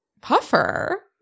puffer